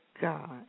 God